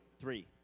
Three